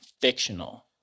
fictional